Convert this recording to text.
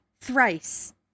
thrice